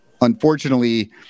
Unfortunately